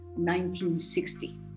1960